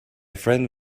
friend